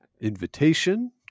invitation